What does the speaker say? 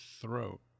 throat